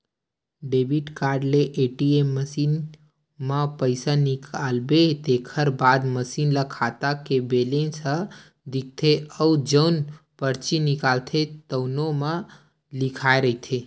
debit card ले ATM machine म पइसा निकालबे तेखर बाद मसीन म खाता के बेलेंस ह दिखथे अउ जउन परची निकलथे तउनो म लिखाए रहिथे